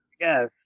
Yes